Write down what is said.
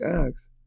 acts